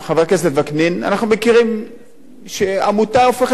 אנחנו מכירים שעמותה הופכת לעסק משפחתי בכלל,